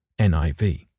NIV